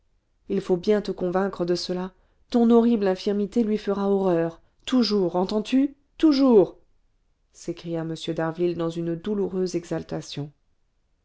il faut bien te convaincre de cela ton horrible infirmité lui fera horreur toujours entends-tu toujours s'écria m d'harville dans une douloureuse